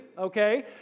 okay